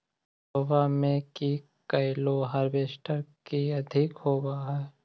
सरसोबा मे की कैलो हारबेसटर की अधिक होब है?